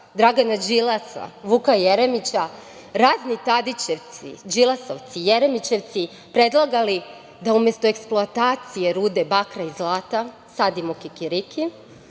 Dragana Đilasa, Vuka Jeremića, razni tadićevci, đilasovci, jeremićevci predlagali da umesto eksploatacije ruda bakra i zlata sadimo kikiriki